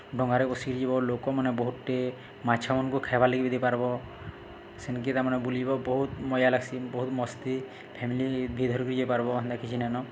ଡଙ୍ଗାରେ ବସିିକରି ଯିବ ଲୋକମାନେ ବହୁତଟେ ମାଛମନ୍କୁ ଖାଏବାଲାଗି ଦେଇ ପାର୍ବ ସେନ୍କେ ତା'ମାନେେ ବୁଲିଯିବ ବହୁତ୍ ମଜା ଲାଗ୍ସି ବହୁତ୍ ମସ୍ତି ଫ୍ୟାମିଲି ବି ଧରିକରି ଯାଇ ପାର୍ବ ହେନ୍ତା କିଛି ନେଇ ନ